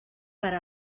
per